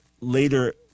later